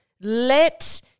Let